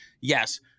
Yes